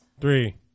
Three